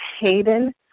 Hayden